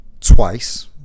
twice